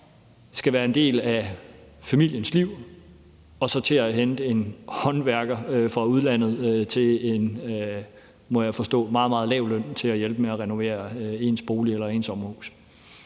der skal være en del af familiens liv, og så på at hente en håndværker fra udlandet til en, må jeg forstå, meget, meget lav løn til at hjælpe med at renovere ens bolig eller ens sommerhus.